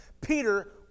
Peter